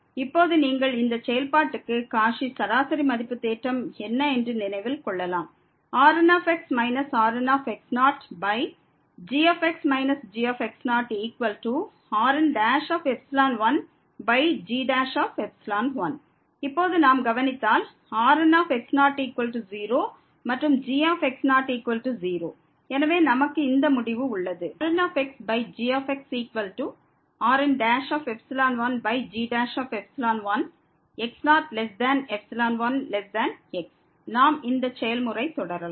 இப்போது நீங்கள் இந்த செயல்பாடுக்கு காச்சி சராசரி மதிப்பு தேற்றம் என்ன என்று நினைவில் கொள்ளலாம் Rnx Rnx0gx gRn1g1 இப்போது நாம் கவனித்தால் Rnx00 மற்றும் gx00 எனவே நமக்கு இந்த முடிவு உள்ளது ⟹RnxgxRn1g1x01x நாம் இந்த செயல்முறையை தொடரலாம்